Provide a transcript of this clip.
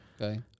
Okay